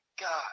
God